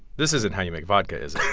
this isn't how you make vodka, is